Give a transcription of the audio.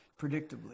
predictably